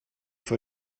von